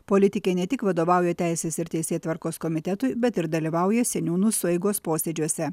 politikė ne tik vadovauja teisės ir teisėtvarkos komitetui bet ir dalyvauja seniūnų sueigos posėdžiuose